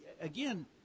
Again